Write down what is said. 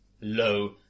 Lo